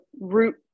root